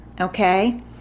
okay